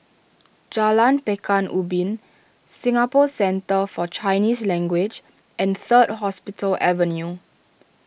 Jalan Pekan Ubin Singapore Centre for Chinese Language and Third Hospital Avenue